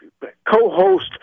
co-host